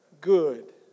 good